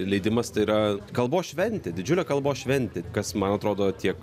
leidimas tai yra kalbos šventė didžiulė kalbos šventę kas man atrodo tiek